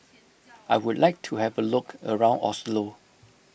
I would like to have a look around Oslo